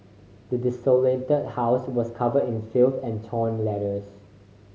the desolated house was covered in filth and torn letters